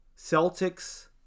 Celtics